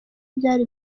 byari